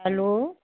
hello